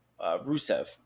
Rusev